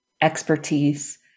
expertise